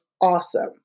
awesome